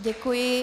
Děkuji.